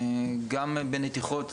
גם בנתיחות,